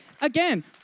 Again